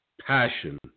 passion